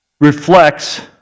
reflects